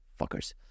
Fuckers